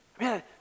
Man